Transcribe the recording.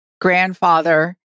grandfather